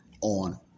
on